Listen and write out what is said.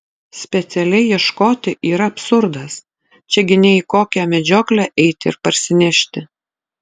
specialiai ieškoti yra absurdas čia gi ne į kokią medžioklę eiti ir parsinešti